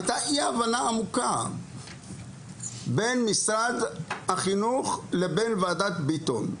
הייתה אי הבנה עמוקה בין משרד החינוך לבין ועדת ביטון.